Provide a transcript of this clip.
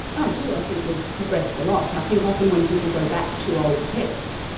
i do, i think we've progressed a lot. i think often when people go back to old texts,